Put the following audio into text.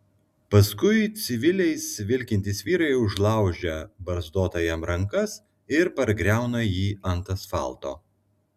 paskui civiliais vilkintys vyrai užlaužia barzdotajam rankas ir pargriauna jį ant asfalto